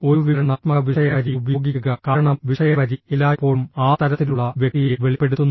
ഒരു വിവരണാത്മക വിഷയ വരി ഉപയോഗിക്കുക കാരണം വിഷയ വരി എല്ലായ്പ്പോഴും ആ തരത്തിലുള്ള വ്യക്തിയെ വെളിപ്പെടുത്തുന്നു